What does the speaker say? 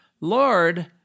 Lord